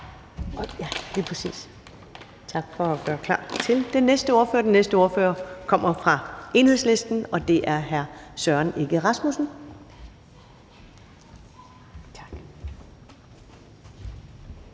Tak for at gøre klar til den næste ordfører, som kommer fra Enhedslisten, og det er hr. Søren Egge Rasmussen.